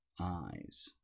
eyes